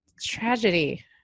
tragedy